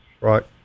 right